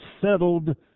settled